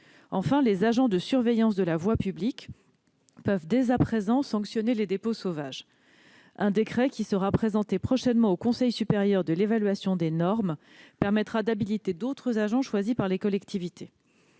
Enfin, les agents de surveillance de la voie publique peuvent dès à présent sanctionner les dépôts sauvages. Un décret, qui sera présenté prochainement au Conseil national d'évaluation des normes, le CNEN, permettra d'habiliter d'autres agents choisis par les collectivités.